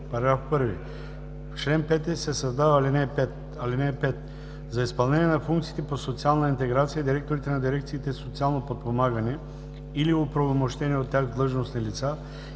на § 1: „§ 1. В чл. 5 се създава ал. 5: „(5) За изпълнение на функциите по социална интеграция директорите на дирекциите „Социално подпомагане“ или оправомощени от тях длъжностни лица